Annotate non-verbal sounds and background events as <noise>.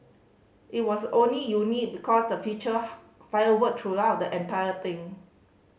it was only unique because the featured <unintelligible> firework throughout the entire thing